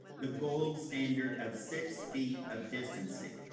the gold standard of six feet of distancing.